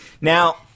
Now